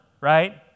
right